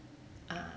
ah